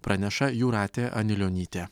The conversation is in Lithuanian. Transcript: praneša jūratė anilionytė